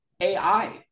AI